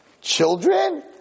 Children